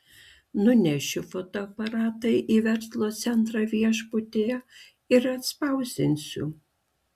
nunešiu fotoaparatą į verslo centrą viešbutyje ir atspausdinsiu